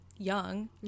young